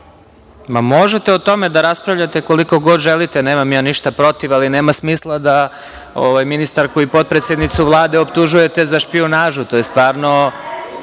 o tome da raspravljate koliko god želite, nemam ja ništa protiv, ali nema smisla da ministarku i potpredsednicu Vlade optužujete za špijunažu.